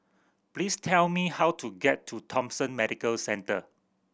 please tell me how to get to Thomson Medical Centre